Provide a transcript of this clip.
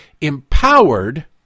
empowered